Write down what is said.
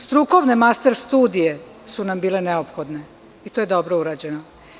Strukovne master studije su nam bile neophodne i to je dobro urađeno.